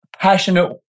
passionate